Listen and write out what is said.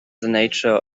nature